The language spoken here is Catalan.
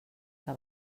que